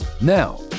Now